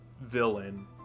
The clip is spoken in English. villain